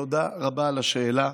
תודה רבה על השאלה.